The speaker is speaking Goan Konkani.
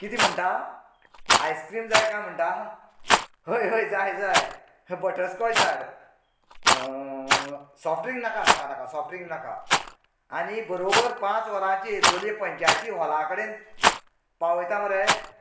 कितें म्हणटा आयस्क्रिम जाय काय म्हणटा हय हय जाय जाय बटरस्काॅच धाड साॅफ्ट ड्रिंक नाका नाका साॅफ्ट ड्रिंक नाका आनी बरोबर पांच वरांचेर लोलयें पंचायती हाॅला कडेन पावयता मरे